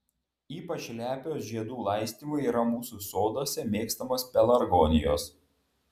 ypač lepios žiedų laistymui yra mūsų soduose mėgstamos pelargonijos